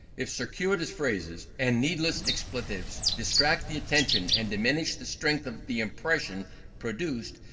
if circuitous phrases and needless expletives distract the attention and diminish the strength of the impression produced,